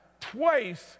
twice